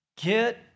Get